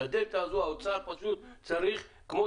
את הדלתא הזו האוצר פשוט צריך כמו